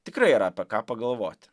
tikrai yra apie ką pagalvoti